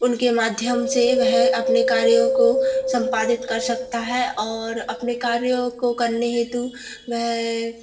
उनके माध्यम से वह अपने कार्यों को संपादित कर सकता है और अपने कार्यों को करने हेतु वह